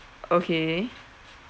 okay